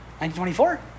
1924